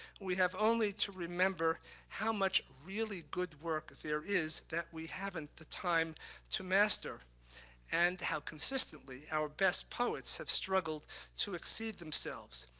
we have only to remember how much really good work there is that we haven't the time to master and how consistently our best poets have struggled to exceed themselves.